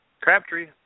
Crabtree